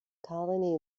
colony